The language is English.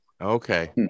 Okay